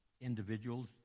individuals